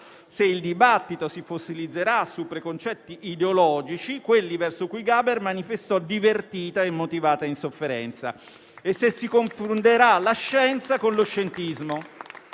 se il dibattito si fossilizzerà su preconcetti ideologici, quelli verso cui Gaber manifestò divertita e motivata insofferenza, e se si confonderà la scienza con lo scientismo.